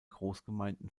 großgemeinden